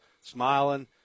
smiling